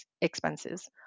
expenses